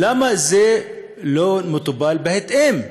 למה זה לא מטופל בהתאם?